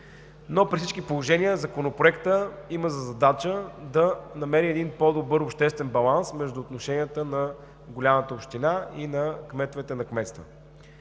При всички положения Законопроектът има за задача да намери по-добър обществен баланс между отношенията на голямата община и на кметовете на кметства.